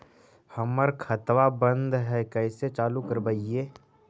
हमर खतवा बंद है कैसे चालु करवाई?